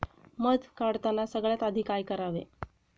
मध काढताना सगळ्यात आधी काय करावे?